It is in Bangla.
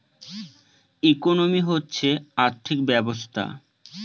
ইকোনমি হচ্ছে আর্থিক ব্যবস্থা